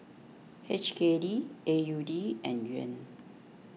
H K D A U D and Yuan